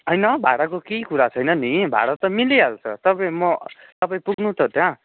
होइन भाडाको केही कुरा छैन नि भाडा त मिलिहाल्छ तपाईँ म तपाईँ पुग्नु त त्यहाँ